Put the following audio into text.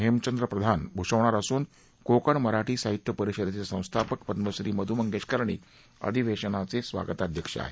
हेमचंद्र प्रधान भूषवणार असून कोकण मराठी साहित्य परिषदेचे संस्थापक पद्मश्री मधू मंगेश कर्णिक अधिवेशनाचे रुवागताध्यक्ष आहेत